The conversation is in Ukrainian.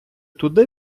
туди